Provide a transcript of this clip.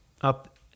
up